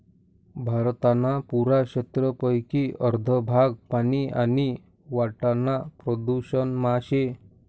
भारतना पुरा क्षेत्रपेकी अर्ध भाग पानी आणि वाटाना प्रदूषण मा शे